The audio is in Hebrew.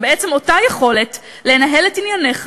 זה בעצם אותה יכולת לנהל את ענייניך